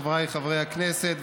חבריי חברי הכנסת,